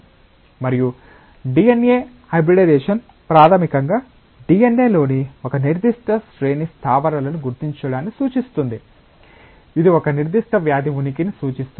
మరియు DNA hybridisation ప్రాథమికంగా DNA లోని ఒక నిర్దిష్ట శ్రేణి స్థావరాలను గుర్తించడాన్ని సూచిస్తుంది ఇది ఒక నిర్దిష్ట వ్యాధి ఉనికిని సూచిస్తుంది